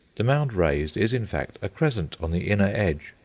the mound raised is, in fact, a crescent on the inner edge,